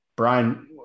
Brian